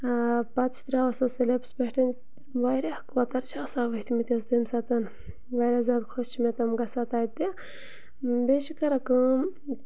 پَتہٕ چھِ ترٛاوان سۄ سِلیپٕس پٮ۪ٹھ واریاہ کوتَر چھِ آسان ؤتھۍمٕتۍ حظ تمہِ ساتہٕ واریاہ زیادٕ خۄش چھِ مےٚ تِم گژھان تَتہِ بیٚیہِ چھِ کَران کٲم